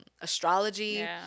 astrology